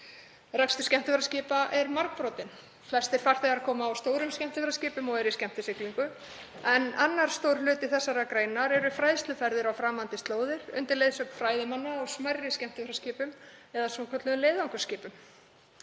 Rekstur skemmtiferðaskipa er margbrotinn. Flestir farþegar koma á stórum skemmtiferðaskipum og eru í skemmtisiglingu. Annar stór hluti þessarar greinar eru fræðsluferðir á framandi slóðir undir leiðsögn fræðimanna á smærri skemmtiferðaskipum eða á svokölluðum leiðangursskipum.